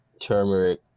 turmeric